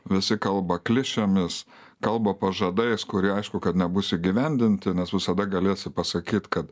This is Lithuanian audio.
visi kalba klišėmis kalba pažadais kurie aišku kad nebus įgyvendinti nes visada galėsi pasakyti kad